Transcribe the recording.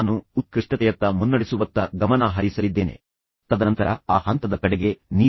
ನಾನು ನಿಮಗೆ ಪರಿಹಾರವನ್ನು ನೀಡಲು ಪ್ರಾರಂಭಿಸುವ ಮೊದಲು ಹಿಂದಿನ ಉಪನ್ಯಾಸದ ಮುಖ್ಯಾಂಶಗಳನ್ನು ತ್ವರಿತವಾಗಿ ನೋಡೋಣ